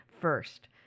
first